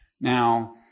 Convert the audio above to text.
Now